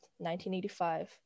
1985